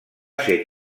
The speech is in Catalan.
ser